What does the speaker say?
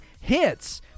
hits